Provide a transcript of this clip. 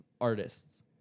artists